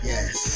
Yes